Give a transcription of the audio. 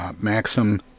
Maxim